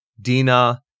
Dina